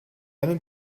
einen